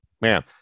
man